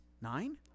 nine